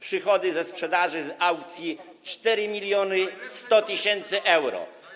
Przychody ze sprzedaży, z aukcji - 4100 tys. euro.